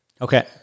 Okay